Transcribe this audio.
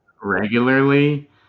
regularly